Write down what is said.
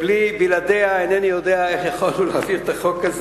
שבלעדיה אינני יודע איך יכולנו להעביר את החוק,